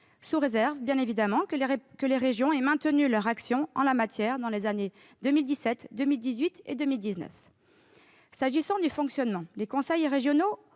sous réserve que les régions aient maintenu leur action en la matière durant les années 2017, 2018 et 2019. S'agissant du fonctionnement, les conseils régionaux